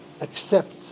accept